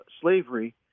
slavery